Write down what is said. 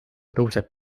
tõuseb